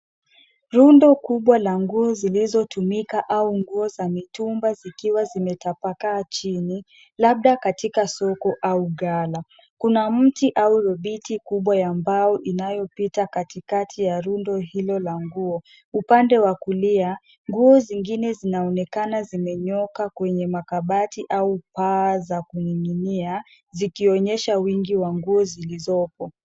Rundo kubwa la nguo zilizotumika au nguo za mitumba zikiwa zimetapakaa chini labda katika soko au ghala. Kuna mti au rubiti kubwa ya mbao inayopita katikati ya rndo hilo la nguo. Upande wa kulia nguo zingine zinaonekana zimenyooka kwenye makabati au paa za kuning'inia zikionyesha wingi wa nguo zilizoko.